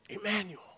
Emmanuel